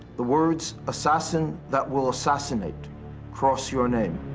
the words assassin that will assassinate cross your name,